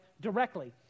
directly